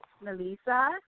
Melissa